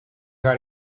try